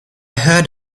heard